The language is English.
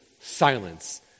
silence